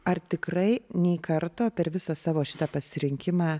ar tikrai nei karto per visą savo šitą pasirinkimą